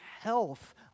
health